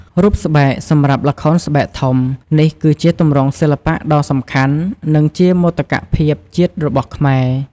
រូបស្បែកសម្រាប់ល្ខោនស្បែកធំ នេះគឺជាទម្រង់សិល្បៈដ៏សំខាន់ និងជាមោទកភាពជាតិរបស់ខ្មែរ។